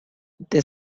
they